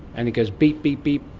and it goes beep, beep, beep,